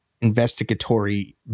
investigatory